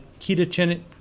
ketogenic